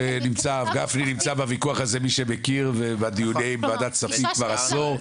-- גפני נמצא בוויכוח הזה והדיונים בוועדת כספי נמשכים כבר עשור.